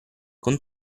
con